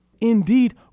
indeed